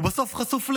בסוף הוא חשוף לאיומים.